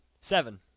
Seven